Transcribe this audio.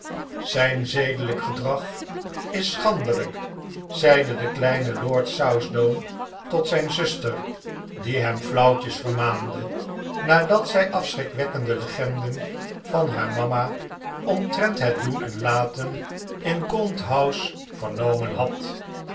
zijn zedelijk gedrag is schandelijk zeide de kleine lord southdown tot zijn zuster die hem flauwtjes vermaande nadat zij afschrikwekkende legenden van haar mama omtrent het doen en laten in gaunt house vernomen had